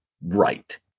right